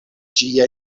ĝia